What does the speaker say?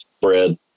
bread